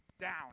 down